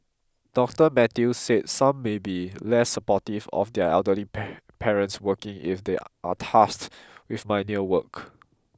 Doctor Matthew said some may be less supportive of their elderly parents working if they are tasked with menial work